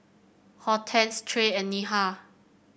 Hortense Trae and Neha